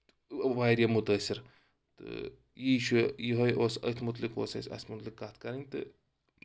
واریاہ مُتٲثر تہٕ یہِ چھُ یِہوے اوس أتھۍ مُتعلِق اوس اَسہِ اَتھ مُتعلِق کَتھ کَرٕنۍ تہٕ